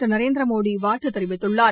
திரு நரேந்திரமோடி வாழ்த்து தெரிவித்துள்ளார்